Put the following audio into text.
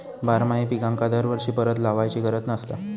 बारमाही पिकांका दरवर्षी परत लावायची गरज नसता